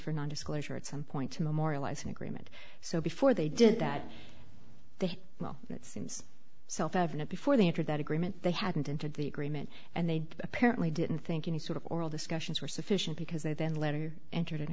for non disclosure at some point to memorialize an agreement so before they did that they well it seems self evident before they entered that agreement they hadn't entered the agreement and they apparently didn't think any sort of oral discussions were sufficient because they then later entered